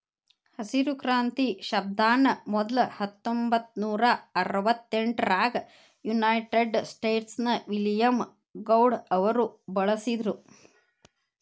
ಹಸಿರು ಕ್ರಾಂತಿ ಶಬ್ದಾನ ಮೊದ್ಲ ಹತ್ತೊಂಭತ್ತನೂರಾ ಅರವತ್ತೆಂಟರಾಗ ಯುನೈಟೆಡ್ ಸ್ಟೇಟ್ಸ್ ನ ವಿಲಿಯಂ ಗೌಡ್ ಅವರು ಬಳಸಿದ್ರು